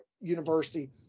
University